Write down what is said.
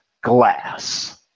glass